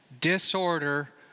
Disorder